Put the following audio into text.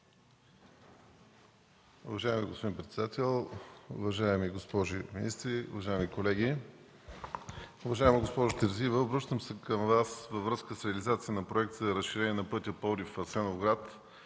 уважаеми госпожи министри, уважаеми колеги! Уважаема госпожо Терзиева, обръщам се към Вас във връзка с реализацията на Проекта „Разширение на пътя Пловдив – Асеновград”